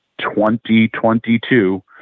2022